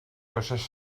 coses